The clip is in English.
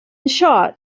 shot